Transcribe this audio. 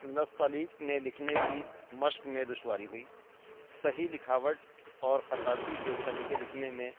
نستعلیق میں لکھنے کی مشق میں دشواری ہوئی صحیح لکھاوٹ اور خطّاطی کے سلیقے لکھنے میں